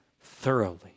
thoroughly